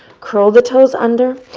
curl the toes under.